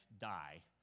die